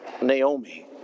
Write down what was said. Naomi